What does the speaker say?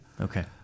Okay